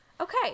Okay